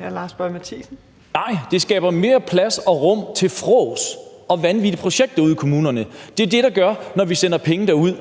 (NB): Det skaber mere plads og rum til fråds og vanvittige projekter ude i kommunerne. Det er det, det gør, når vi sender penge derud.